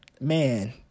man